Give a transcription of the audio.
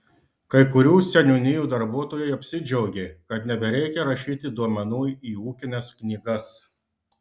kai kurių seniūnijų darbuotojai apsidžiaugė kad nebereikia rašyti duomenų į ūkines knygas